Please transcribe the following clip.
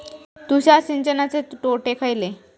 तुषार सिंचनाचे तोटे खयले?